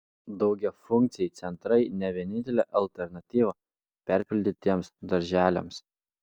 daugiafunkciai centrai ne vienintelė alternatyva perpildytiems darželiams